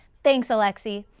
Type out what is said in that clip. thanks alexie.